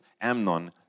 Amnon